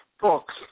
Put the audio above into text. books